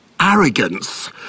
arrogance